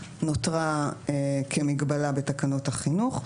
נותרה כמגבלה בתקנות החינוך,